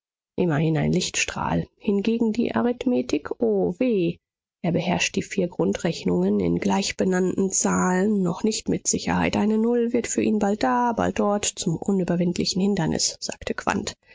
immerhin ein lichtstrahl hingegen die arithmetik o weh er beherrscht die vier grundrechnungen in gleichbenannten zahlen noch nicht mit sicherheit eine null wird für ihn bald da bald dort zum unüberwindlichen hindernis sagte